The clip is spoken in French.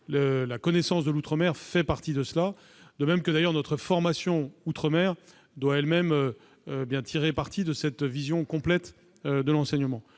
la connaissance des outre-mer fait partie de ces éléments. De même, notre formation outre-mer doit, elle-même, tirer parti de cette vision complète de l'enseignement.